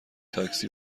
تاکسی